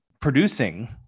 producing